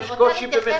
יש קושי במכירה.